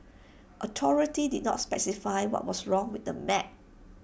authorities did not specify what was wrong with the map